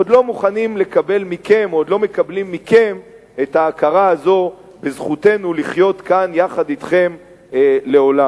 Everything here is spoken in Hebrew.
עוד לא מקבלים מכם את ההכרה הזו בזכותנו לחיות כאן יחד אתכם לעולם.